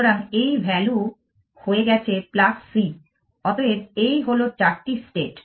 সুতরাং এই ভ্যালু হয়ে গেছে c অতএব এই হল চারটি স্টেট